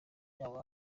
cyangwa